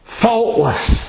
faultless